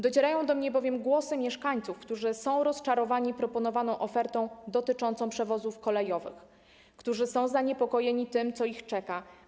Docierają do mnie bowiem głosy mieszkańców, którzy są rozczarowani proponowaną ofertą dotyczącą przewozów kolejowych, którzy są zaniepokojeni tym, co ich czeka.